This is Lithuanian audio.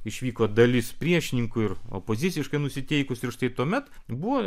išvyko dalis priešininkų ir opoziciškai nusiteikusių ir štai tuomet buvo